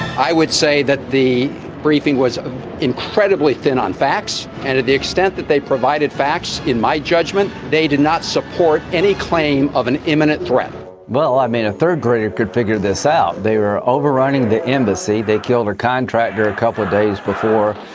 i would say that the briefing was incredibly thin on facts. and to the extent that they provided facts, in my judgment, they did not support any claim of an imminent threat well, i mean, a third grader could figure this out. they were overrunning the embassy they killed a contractor a couple of days before.